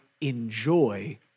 enjoy